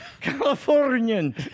Californian